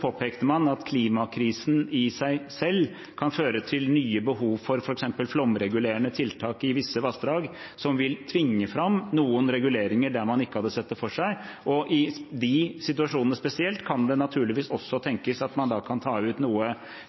påpekte man at klimakrisen i seg selv kan føre til nye behov, f.eks. for flomregulerende tiltak i visse vassdrag, som vil tvinge fram noen reguleringer der man ikke hadde sett det for seg. I de situasjonene spesielt kan det naturligvis også tenkes at man da kan ta ut noe